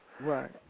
Right